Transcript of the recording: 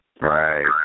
Right